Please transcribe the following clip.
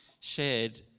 shared